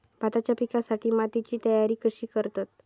भाताच्या पिकासाठी मातीची तयारी कशी करतत?